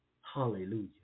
Hallelujah